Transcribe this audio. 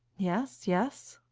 yes, yes